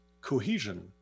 cohesion